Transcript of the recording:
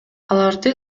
аларды